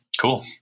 Cool